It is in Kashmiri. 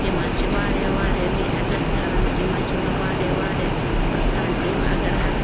تِم حظ چھِ واریاہ واریاہ مےٚ عزَت کَران تِم حظ چھِ مےٚ واریاہ واریاہ پرٛژھان تِم اَگر حظ